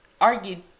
argued